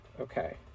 okay